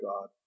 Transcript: God